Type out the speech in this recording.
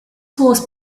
horse